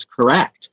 correct